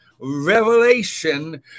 revelation